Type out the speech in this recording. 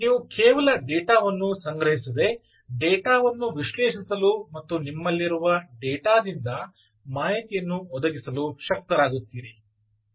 ಆದ್ದರಿಂದ ನೀವು ಕೇವಲ ಡೇಟಾವನ್ನು ಸಂಗ್ರಹಿಸದೆ ಡೇಟಾ ವನ್ನು ವಿಶ್ಲೇಷಿಸಲು ಮತ್ತು ನಿಮ್ಮಲ್ಲಿರುವ ಡೇಟಾ ದಿಂದ ಮಾಹಿತಿಯನ್ನು ಒದಗಿಸಲು ಶಕ್ತರಾಗುತ್ತೀರಿ